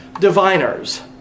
diviners